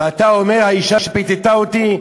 ואתה אומר: האישה פיתתה אותי?